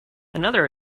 another